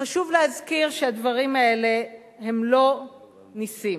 וחשוב להזכיר שהדברים האלה הם לא נסים.